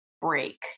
break